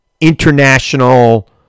international